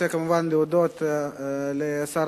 אני רוצה,